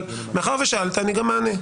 אבל מאחר ששאלת, אני גם אענה.